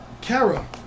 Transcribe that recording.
Kara